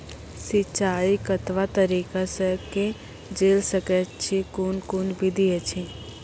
सिंचाई कतवा तरीका सअ के जेल सकैत छी, कून कून विधि ऐछि?